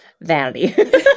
Vanity